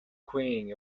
queen